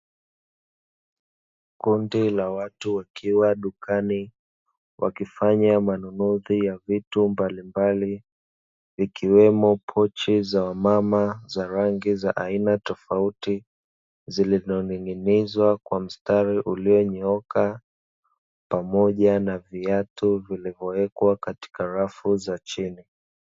Kundi la watu likiwa dukani wakifanya manunuzi ya vitu mbalimbali, ikiwemo pochi za wamama za rangi za aina tofauti, zilizoning'inizwa kwa mstari uliyonyooka, pamoja na viatu vilivowekwa katika rafu za chini.